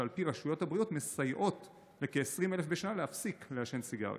שעל פי רשויות הבריאות מסייעות לכ-20,000 בשנה להפסיק לעשן סיגריות.